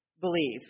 believe